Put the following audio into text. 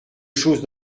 chose